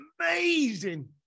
amazing